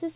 S